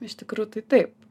iš tikrųjų tai taip